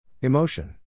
Emotion